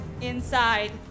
inside